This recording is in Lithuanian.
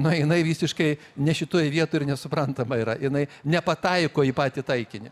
nueina į visiškai ne šitoj vietoj ir nesuprantama yra jinai nepataiko į patį taikinį